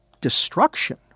destruction